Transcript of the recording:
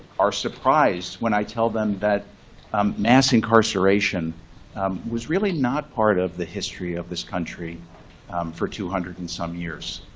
are surprised when i tell them that um mass incarceration was really not part of the history of this country for two hundred and some years.